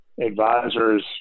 advisors